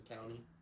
County